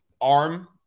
arm –